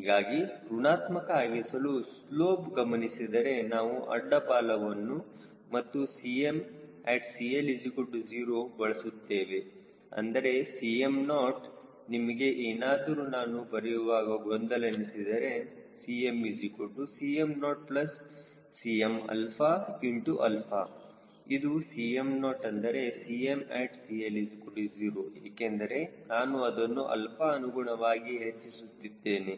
ಹೀಗಾಗಿ ಋಣಾತ್ಮಕ ಆಗಿಸಲು ಸ್ಲೋಪ್ ಗಮನಿಸಿದರೆ ನಾವು ಅಡ್ಡ ಬಾಲವನ್ನು ಮತ್ತು Cm at CL0 ಬಳಸುತ್ತೇವೆ ಅಂದರೆ Cm0 ನಿಮಗೆ ಏನಾದರೂ ನಾನು ಬರೆಯುವಾಗ ಗೊಂದಲ ಎನಿಸಿದರೆ 𝐶m 𝐶mO 𝐶mα ∗ 𝛼 ಇದು Cm0 ಅಂದರೆ at CLO ಏಕೆಂದರೆ ನಾನು ಅದನ್ನು 𝛼 ಅನುಗುಣವಾಗಿ ಹೆಚ್ಚಿಸುತ್ತಿದ್ದೇನೆ